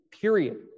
period